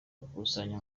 gukusanya